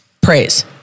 praise